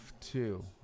two